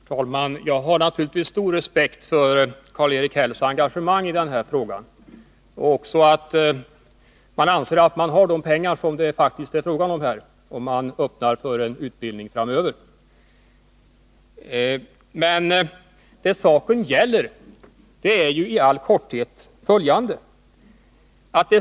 Herr talman! Jag har naturligtvis stor respekt för Karl-Erik Hälls engagemang i den här frågan. Man anser att de pengar finns som det faktiskt är fråga om, ifall man öppnar en utbildning framöver. Vad saken emellertid gäller är i all korthet följande.